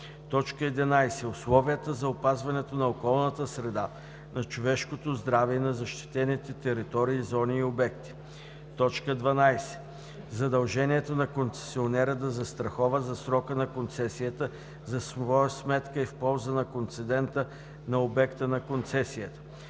11. условията за опазването на околната среда, на човешкото здраве и на защитените територии, зони и обекти; 12. задължението на концесионера да застрахова за срока на концесията за своя сметка и в полза на концедента на обекта на концесията;